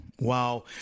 wow